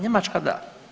Njemačka da.